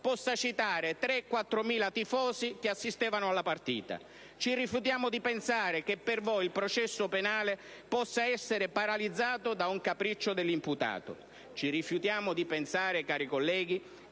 possa citare 3.000-4.000 tifosi che assistevano alla partita. Ci rifiutiamo di pensare che per voi il processo penale possa essere paralizzato da un capriccio dell'imputato. Ci rifiutiamo di pensare, onorevoli colleghi,